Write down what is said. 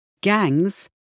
gangs